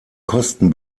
kosten